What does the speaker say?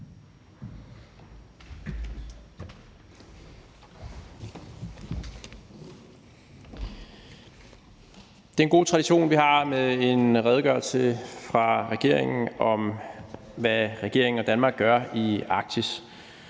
Det er en god tradition, vi har med en redegørelse fra regeringen om, hvad regeringen og Danmark gør i Arktis.